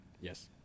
Yes